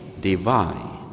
divine